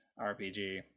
RPG